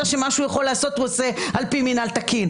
מישהו שהוא יכול לעשות והוא עושה על פי מינהל תקין.